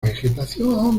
vegetación